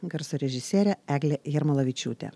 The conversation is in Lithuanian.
garso režisierė eglė jarmolavičiūtė